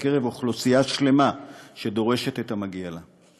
בקרב אוכלוסייה שלמה שדורשת את המגיע לה.